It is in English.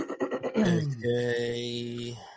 Okay